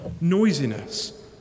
Noisiness